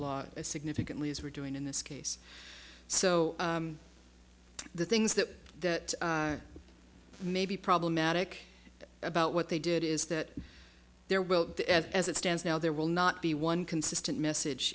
law as significantly as we're doing in this case so the things that that may be problematic about what they did is that there will be as it stands now there will not be one consistent message